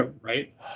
Right